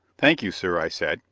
thank you, sir! i said,